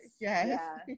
Yes